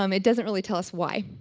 um it doesn't really tell us why.